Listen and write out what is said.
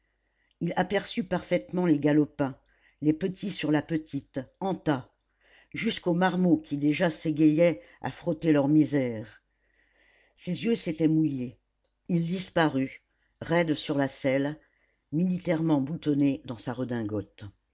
il aperçut parfaitement les galopins les petits sur la petite en tas jusqu'aux marmots qui déjà s'égayaient à frotter leur misère ses yeux s'étaient mouillés il disparut raide sur la selle militairement boutonné dans sa redingote